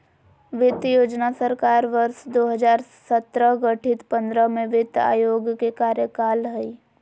वित्त योजना सरकार वर्ष दो हजार सत्रह गठित पंद्रह में वित्त आयोग के कार्यकाल हइ